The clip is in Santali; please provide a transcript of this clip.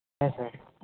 ᱦᱮᱸ ᱦᱮᱸ